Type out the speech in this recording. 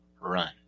run